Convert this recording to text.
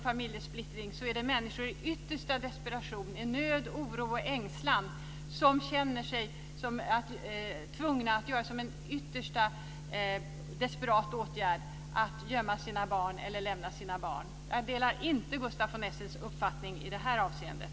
Familjesplittring handlar om människor i yttersta desperation, i nöd, oro och ängslan, och som känner sig tvungna att som en yttersta desperat åtgärd gömma eller lämna barnen. Jag delar inte Gustaf von Essens uppfattning i det avseendet.